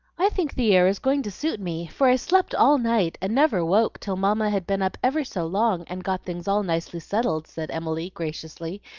i think the air is going to suit me, for i slept all night and never woke till mamma had been up ever so long and got things all nicely settled, said emily, graciously,